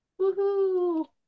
woohoo